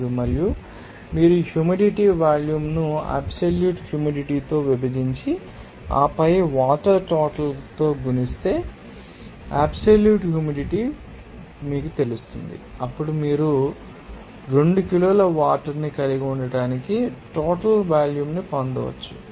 855 మరియు మీరు ఈ హ్యూమిడిటీ వాల్యూమ్ను ఈ అబ్సల్యూట్ హ్యూమిడిటీ తో విభజించి ఆపై వాటర్ టోటల్ తో గుణిస్తే అబ్సల్యూట్ హ్యూమిడిటీ మాకు తెలుసు అప్పుడు మీరు ఆ 2 కిలోల వాటర్ ని కలిగి ఉండటానికి టోటల్ వాల్యూమ్ను పొందవచ్చు